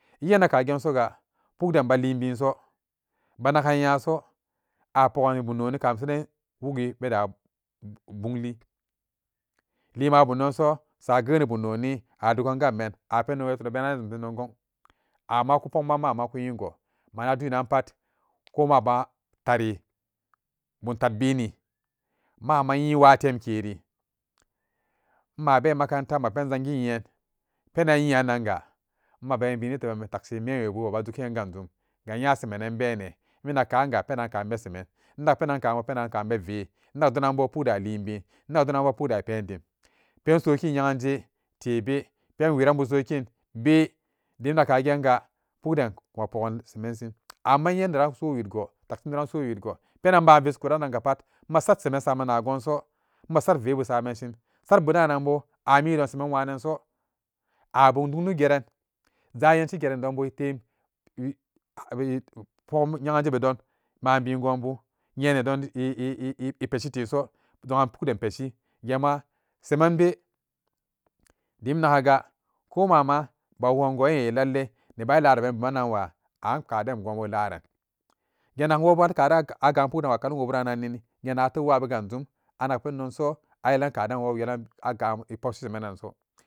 Eyenakkagensoga pukden balin binso banagan nyaso a pogani bum noni kamasanan wugi beda bumli lima bumdonso sageni bum noni a dugan gamben a ama ku pokman ma'ama kunyingo mana dinan pat ko maban tari bun tat bini ma'ama nyin wutemken inmabe makaranta mapen zangin nyen penan nyinanga maben zangin nyen penan nyinanga maben binditeban takshin mewwebu ebudugin gandum gu nya semanan bene wi nakkanga penan kan be semen innak penan kanbu penan kan be vee innak donanbo pukden alinbin innakdonanbo pukden apendim pen sokin nyeganje pen wiran bu sokin be dim innak kagen ga pukden ku ma pogan semansin amma inye donan so widgo takshin donan so widgo penan inba visikurannanga pat masat seman saman nagonso masat veebu samanshin satbudananbo amisemandon waananso a bumdungli geran zayenshi geran donbu iten pogum nyzganjebedon manbin gonbu nyenedon e-epeshi teso dogan pukden peshi gema semanbe dim inna'iga ko ma'ama bawugango an e lallai neban ilarabeni bumannanwa an kaden konbularan genagan wobo kaden a-agan pukden wa kalumwoburanni gennagan atep waa be ganjum anakpendonso ayelan kaden wo yelan agan e pushshi semananso